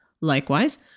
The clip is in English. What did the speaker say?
Likewise